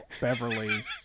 Beverly